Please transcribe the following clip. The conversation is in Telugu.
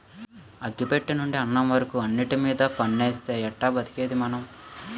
అగ్గి పెట్టెనుండి అన్నం వరకు అన్నిటిమీద పన్నేస్తే ఎట్టా బతికేదిరా మనం?